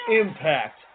Impact